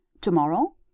Tomorrow